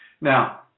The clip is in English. Now